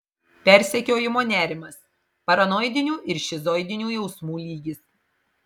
persekiojimo nerimas paranoidinių ir šizoidinių jausmų lygis